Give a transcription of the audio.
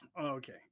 Okay